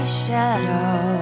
shadow